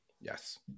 Yes